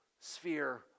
sphere